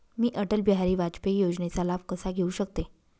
मी अटल बिहारी वाजपेयी योजनेचा लाभ कसा घेऊ शकते?